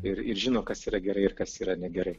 ir ir žino kas yra gerai ir kas yra negerai